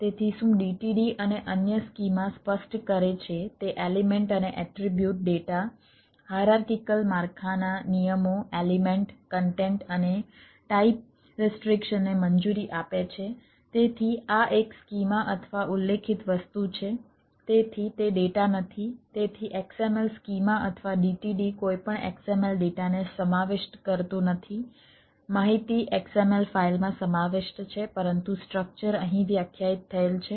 તેથી શું DTD અને અન્ય સ્કીમા સ્પષ્ટ કરે છે તે એલિમેન્ટ અને એટ્રીબ્યુટ માં સમાવિષ્ટ છે પરંતુ સ્ટ્રક્ચર અહીં વ્યાખ્યાયિત થયેલ છે